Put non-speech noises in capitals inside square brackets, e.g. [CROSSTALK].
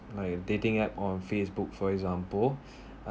like dating app on facebook for example [BREATH] uh